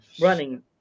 running